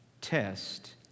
test